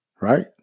Right